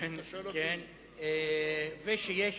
ושיש